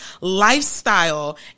Lifestyle